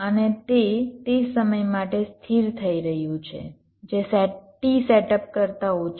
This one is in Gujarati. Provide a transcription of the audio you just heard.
અને તે તે સમય માટે સ્થિર થઈ રહ્યું છે જે t સેટઅપ કરતા ઓછું છે